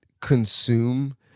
consume